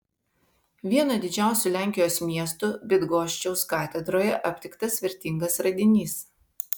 vieno didžiausių lenkijos miestų bydgoščiaus katedroje aptiktas vertingas radinys